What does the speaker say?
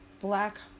black